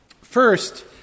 First